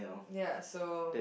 ya so